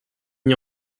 mis